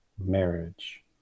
Marriage